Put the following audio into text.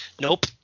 nope